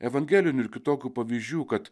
evangelinių ir kitokių pavyzdžių kad